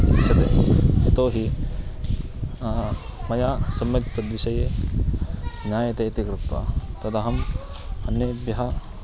इच्छते यतोहि मया सम्यक् तद्विषये ज्ञायते इति कृत्वा तदहम् अन्येभ्यः